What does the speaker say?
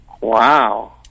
Wow